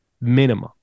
minimum